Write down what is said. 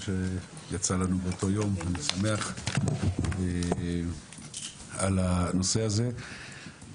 אז יצא לנו באותו יום ואני שמח על הנושא הזה.